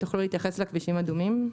תוכלו להתייחס לכבישים אדומים?